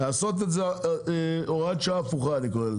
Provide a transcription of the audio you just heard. לעשות הוראת שעה הפוכה.